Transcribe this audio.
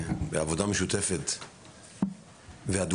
בעבודה משותפת והדוקה,